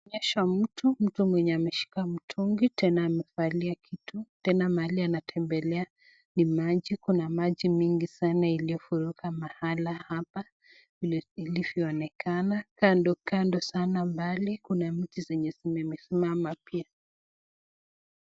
Tunaonyeshwa mtu, mtu mwenye ameshika mtungi, tena amevalia kitu, tena mahali anatembelea ni maji, kuna maji mingi sana iliyofurika mahali hapa vile ilivyoonekana, kando kando sana mbali kuna miti zenye zimesimama pia.